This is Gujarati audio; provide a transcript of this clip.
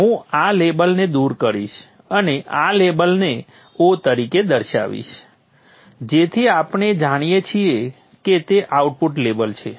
હું આ લેબલને દૂર કરીશ અને આ લેબલને o તરીકે દર્શાવીશ જેથી આપણે જાણીએ કે તે આઉટપુટ લેબલ છે